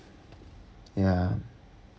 ya